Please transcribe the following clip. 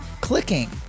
clicking